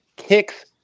kicks